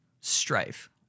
strife